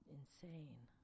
insane